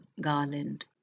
garland